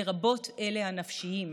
לרבות אלה הנפשיים,